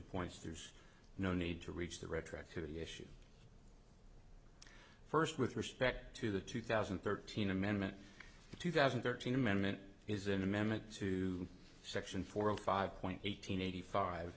points there's no need to reach the retroactivity issue first with respect to the two thousand and thirteen amendment two thousand thirteen amendment is an amendment to section four hundred five point eight hundred eighty five